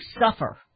suffer